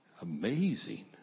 Amazing